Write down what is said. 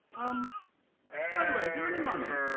um by the way have you any money?